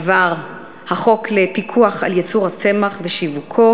עבר החוק לפיקוח על ייצור הצמח ושיווקו.